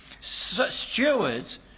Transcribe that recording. stewards